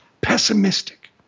pessimistic